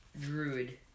druid